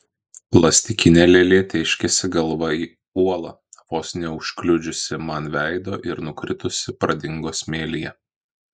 plastikinė lėlė tėškėsi galva į uolą vos neužkliudžiusi man veido ir nukritusi pradingo smėlyje